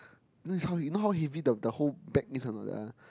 you know is how he how he bring the whole bag or not